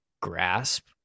grasp